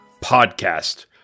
podcast